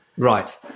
Right